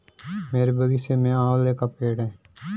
मेरे बगीचे में आंवले का पेड़ है